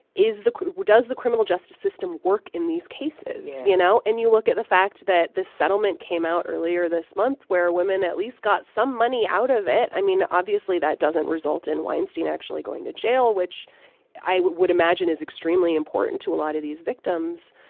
is the does the criminal justice system work in these cases, you know? and you look at the fact that this settlement came out earlier this month where women at least got some money out of it. i mean, obviously, that doesn't result in weinstein actually going to jail, which i would imagine is extremely important to a lot of these victims.